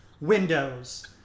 windows